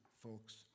folks